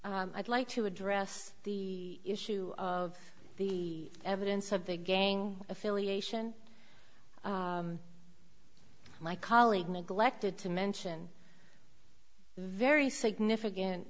error i'd like to address the issue of the evidence of the gang affiliation my colleague neglected to mention very significant